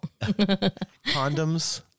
Condoms